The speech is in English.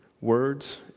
words